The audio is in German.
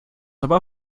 aber